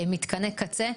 מתקני קצה,